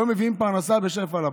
והיו מביאים פרנסה בשפע הביתה.